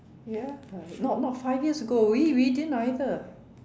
ya no no five years ago we we didn't either